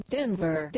Denver